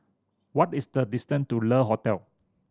what is the distance to Le Hotel